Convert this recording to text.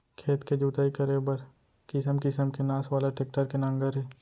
खेत के जोतई करे बर किसम किसम के नास वाला टेक्टर के नांगर हे